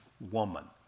woman